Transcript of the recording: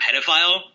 pedophile